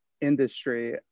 industry